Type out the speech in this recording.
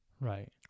Right